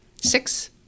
six